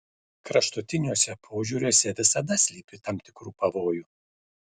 kraštutiniuose požiūriuose visada slypi tam tikrų pavojų